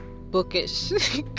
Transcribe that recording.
bookish